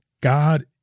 God